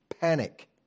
panic